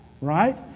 right